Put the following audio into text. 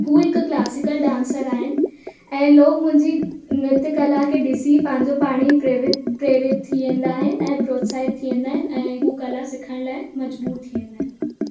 उहे हिकु classical dancer आहिनि ऐं लोग मुंहिंजी नृत्य कला खे ॾिसी पंहिंजो पाण ई प्रेरित प्रेरित थी वेंदा आहिनि ऐं प्रोत्साहित थी वेंदा आहिनि ऐं उहे कला सिखण लाइ मजबूर थी वेंदा आहिनि